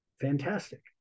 fantastic